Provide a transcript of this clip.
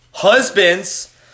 Husbands